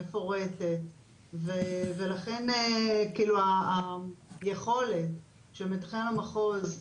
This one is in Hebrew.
מפורטת ולכן היכולת של מתכנן המחוז,